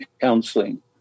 counseling